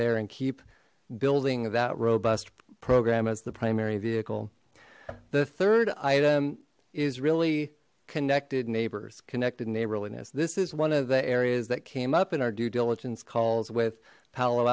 there and keep building that robust program as the primary vehicle the third item is really connected neighbors connected neighborliness this is one of the areas that came up in our due diligence calls with palo